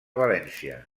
valència